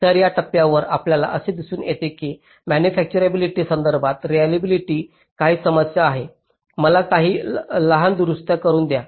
तर या टप्प्यावर आपल्याला असे दिसून येते की मॅनुफॅचतुराबीलीटी संदर्भात रेलिएबिलिटीत काही समस्या आहे मला काही लहान दुरुस्त करू द्या